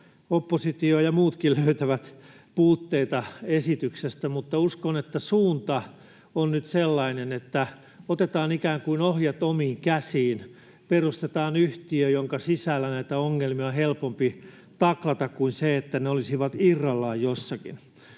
oppositio ja muutkin löytävät puutteita esityksestä, mutta uskon, että suunta on nyt sellainen, että otetaan ikään kuin ohjat omiin käsiin: perustetaan yhtiö, jonka sisällä näitä ongelmia on helpompi taklata kuin silloin, jos ne olisivat irrallaan jossakin.